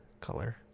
color